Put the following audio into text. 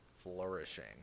flourishing